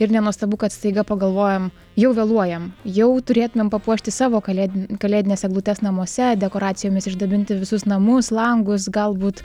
ir nenuostabu kad staiga pagalvojam jau vėluojam jau turėtumėm papuošti savo kalėdin kalėdines eglutes namuose dekoracijomis išdabinti visus namus langus galbūt